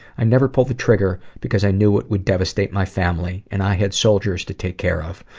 i never pulled the trigger because i knew it would devastate my family, and i had soldiers to take care of.